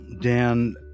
Dan